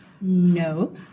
No